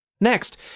Next